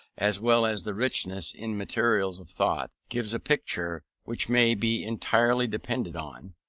as well as the richest in materials of thought, gives a picture which may be entirely depended on,